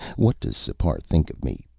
what does sipar think of me,